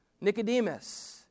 Nicodemus